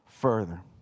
further